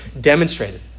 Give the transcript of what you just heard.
demonstrated